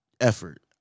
effort